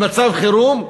במצב חירום,